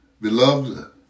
Beloved